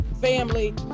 family